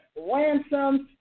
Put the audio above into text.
ransoms